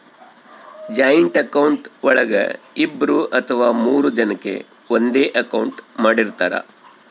joint account ಒಳಗ ಇಬ್ರು ಅಥವಾ ಮೂರು ಜನಕೆ ಒಂದೇ ಅಕೌಂಟ್ ಮಾಡಿರ್ತರಾ